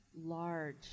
large